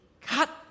cut